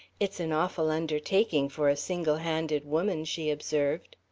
it's an awful undertaking for a single-handed woman, she observed.